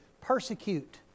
persecute